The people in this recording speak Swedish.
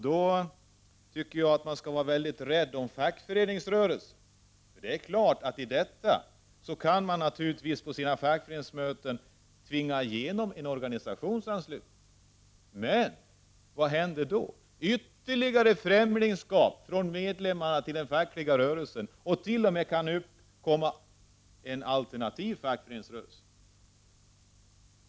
Då tycker jag att man skall vara mycket rädd om fackföreningsrörelsen. På fackföreningsmötena är det naturligtvis möjligt att tvinga igenom en organisationsanslutning. Men vad händer då? Det blir ytterligare främlingskap hos medlemmarna inför den fackliga rörelsen, och det kan t.o.m. uppstå en alternativ fackföreningsrörelse.